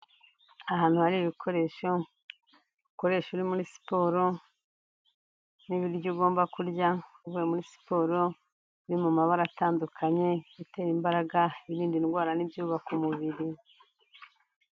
Ahantu hari ibikoresho ukoresha uri muri siporo n'ibiryo ugomba kurya uvuye muri siporo, biri mu mabara atandukanye, ibitera imbaraga, ibiririnda indwara, n'ibyubaka umubiri.